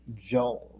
Jones